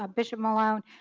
ah bishop malone.